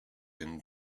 and